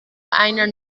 einer